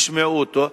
ישמעו אותו,